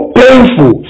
painful